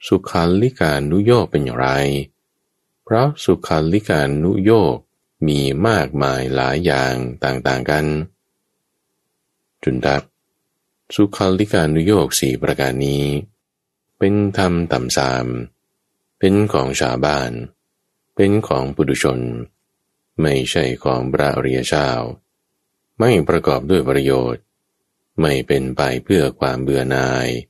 สุขัลลิกานุโยคเป็นอย่างไร? เพราะสุขัลลิกานุโยคมีมากมายหลายอย่างต่างๆกัน จุนทะ สุขัลลิกานุโยคสี่ประการนี้เป็นธรรมต่ำสาม เป็นของชาวบ้าน เป็นของปุถุชน ไม่ใช่ของพระอริยเจ้า ไม่ประกอบด้วยประโยชน์ ไม่เป็นไปเพื่อความเบื่อหน่าย